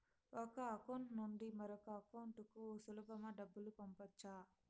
ఒక అకౌంట్ నుండి మరొక అకౌంట్ కు సులభమా డబ్బులు పంపొచ్చా